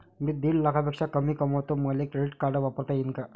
मी दीड लाखापेक्षा कमी कमवतो, मले क्रेडिट कार्ड वापरता येईन का?